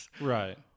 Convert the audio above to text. right